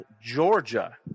Georgia